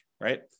right